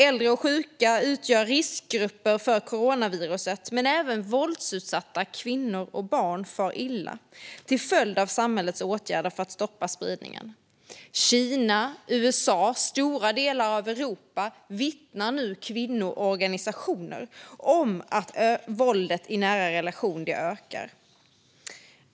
Äldre och sjuka utgör riskgrupper för coronaviruset. Men även våldsutsatta kvinnor och barn far illa till följd av samhällets åtgärder för att stoppa spridningen. I Kina, USA och stora delar av Europa vittnar nu kvinnoorganisationer om att våldet i nära relationer ökar.